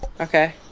Okay